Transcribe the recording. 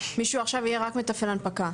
מישהו עכשיו יהיה רק מתפעל הנפקה.